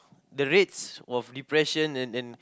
the rates of depressing and and